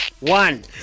One